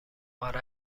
اره